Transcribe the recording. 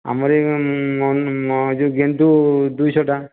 ଆମର ଏଇ ଯେଉଁ ଗେଣ୍ଡୁ ଦୁଇଶହଟା